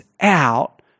out